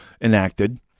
enacted